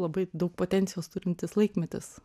labai daug potencijos turintis laikmetis